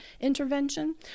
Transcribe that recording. intervention